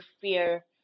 fear